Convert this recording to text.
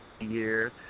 years